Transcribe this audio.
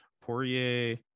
Poirier